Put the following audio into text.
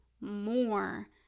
more